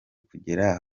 kugera